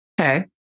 okay